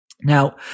Now